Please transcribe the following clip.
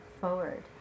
forward